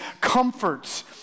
comforts